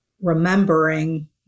remembering